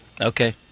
Okay